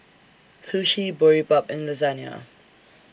Sushi Boribap and Lasagna